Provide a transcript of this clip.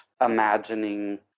imagining